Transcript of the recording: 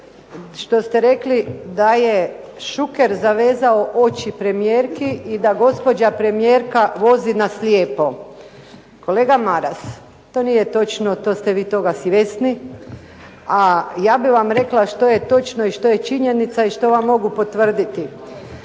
što ste rekli da je Šuker zavezao oči premijerki i da gospođa premijerka vozi na slijepo. Kolega Maras, to nije točno, vi ste toga svjesni, a ja bih vam rekla što je točno, što je činjenica i što vam mogu potvrditi.